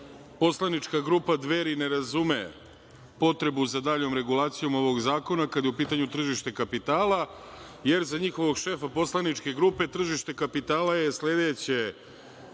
poslanička grupa Dveri ne razume potrebu za daljom regulacijom ovog zakona kada je u pitanju tržište kapitala, jer za njihovog šefa poslaničke grupe tržište kapitala je sledeće